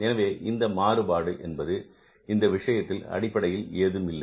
எனவே இந்த மாறுபாடு என்பது இந்த விஷயத்தில் அடிப்படையில் ஏதும் இல்லை